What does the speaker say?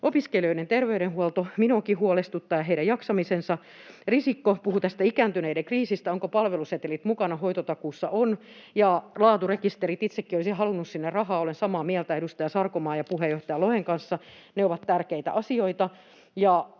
Opiskelijoiden terveydenhuolto ja heidän jaksamisensa minuakin huolestuttaa. Risikko puhui tästä ikääntyneiden kriisistä, siitä, ovatko palvelusetelit mukana hoitotakuussa. Ovat. Ja laaturekisterit — itsekin olisin halunnut sinne rahaa, olen samaa mieltä edustaja Sarkomaan ja puheenjohtaja Lohen kanssa, ne ovat tärkeitä asioita.